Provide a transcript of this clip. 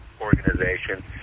organization